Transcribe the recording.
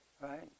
right